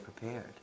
prepared